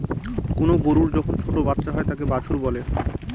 কোনো গরুর যখন ছোটো বাচ্চা হয় তাকে বাছুর বলে